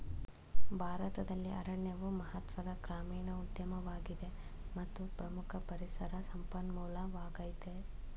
ಭಾರತದಲ್ಲಿ ಅರಣ್ಯವು ಮಹತ್ವದ ಗ್ರಾಮೀಣ ಉದ್ಯಮವಾಗಿದೆ ಮತ್ತು ಪ್ರಮುಖ ಪರಿಸರ ಸಂಪನ್ಮೂಲವಾಗಯ್ತೆ